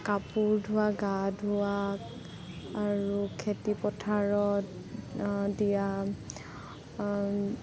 কাপোৰ ধোৱা গা ধোৱা আৰু খেতি পথাৰত দিয়া